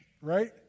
right